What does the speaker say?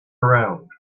around